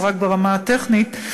אז רק ברמה הטכנית,